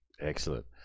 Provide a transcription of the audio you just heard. Excellent